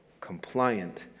compliant